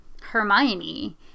hermione